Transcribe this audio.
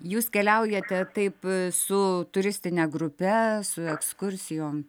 jūs keliaujate taip su turistine grupe su ekskursijom